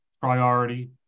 priority